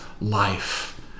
life